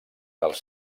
dels